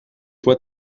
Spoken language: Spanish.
fue